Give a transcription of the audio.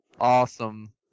Awesome